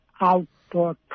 outdoor